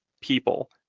people